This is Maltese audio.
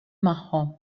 magħhom